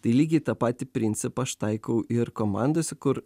tai lygiai tą patį principą aš taikau ir komandose kur